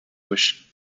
which